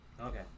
Okay